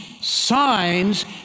signs